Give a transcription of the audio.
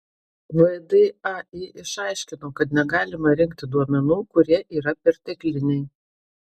vdai išaiškino kad negalima rinkti duomenų kurie yra pertekliniai